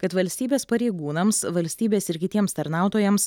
kad valstybės pareigūnams valstybės ir kitiems tarnautojams